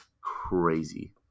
crazy